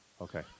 Okay